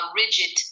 rigid